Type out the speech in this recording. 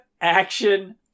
action